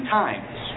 times